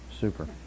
super